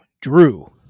drew